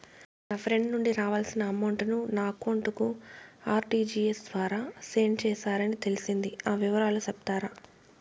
నా ఫ్రెండ్ నుండి రావాల్సిన అమౌంట్ ను నా అకౌంట్ కు ఆర్టిజియస్ ద్వారా సెండ్ చేశారు అని తెలిసింది, ఆ వివరాలు సెప్తారా?